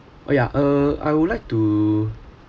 oh ya uh I would like to